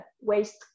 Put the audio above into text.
waste